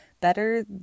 better